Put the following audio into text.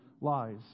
lies